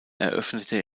eröffnete